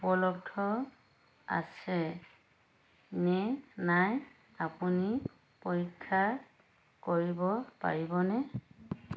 উপলব্ধ আছে নে নাই আপুনি পৰীক্ষা কৰিব পাৰিবনে